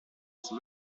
son